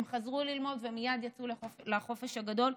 הם חזרו ללמוד ומייד יצאו לחופש הגדול,